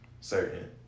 certain